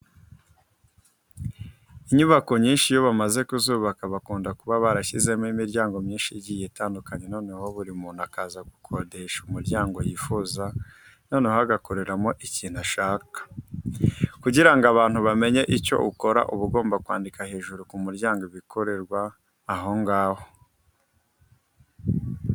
Inyubako nyinshi iyo bamaze kuzubaka bakunda kuba barashyizemo imiryango myinshi igiye itandukanye noneho buri muntu akaza agakodesha umuryango yifuza noneho agakoreramo ikintu ashaka. Kugira ngo abantu bamenye icyo ukora uba ugomba kwandika hejuru ku muryango ibikorerwa aho ngaho.